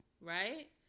right